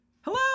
Hello